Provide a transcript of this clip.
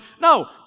No